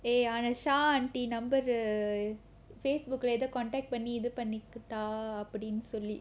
eh ஆனா:aanaa shaa auntie number err Facebook lah ஏதோ:etho contact பண்ணி இது பண்ணிபுட்டா அப்படின்னு சொல்லி:panni ithu panniputtaa appadinnu solli